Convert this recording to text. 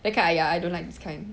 that kind ah ya I don't like this kind